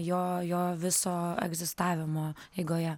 jo jo viso egzistavimo eigoje